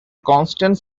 constant